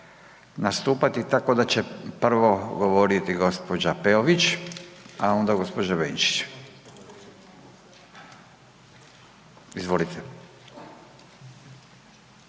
nastupati, tako da će prvo govoriti gđa. Peović a onda gđa. Benčić, izvolite.